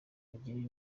ebyiri